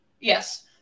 yes